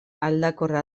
aldakorra